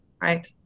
right